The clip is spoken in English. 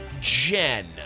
Jen